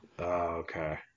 okay